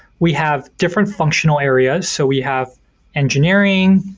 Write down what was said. we have different functional areas, so we have engineering,